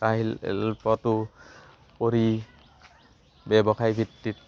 কাঁহ শিল্পটো কৰি ব্যৱসায় ভিত্তিত